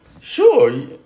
Sure